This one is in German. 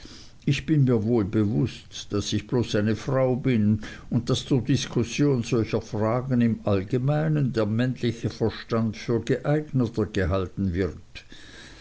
ich bin mir wohl bewußt daß ich bloß eine frau bin und daß zur diskussion solcher fragen im allgemeinen der männliche verstand für geeigneter gehalten wird